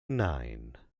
nine